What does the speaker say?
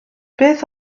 beth